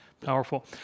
Powerful